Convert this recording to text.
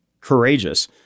courageous